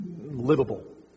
livable